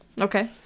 Okay